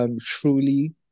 truly